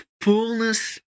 fullness